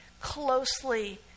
closely